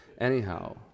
Anyhow